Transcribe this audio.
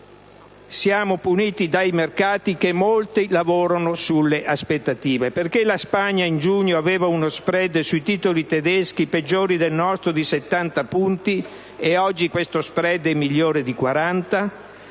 siamo puniti dai mercati, che molto lavorano sulle aspettative. Perché la Spagna in giugno aveva uno *spread* sui titoli tedeschi peggiore del nostro di 70 punti, e oggi questo *spread* è migliore di 40